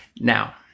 now